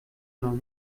noch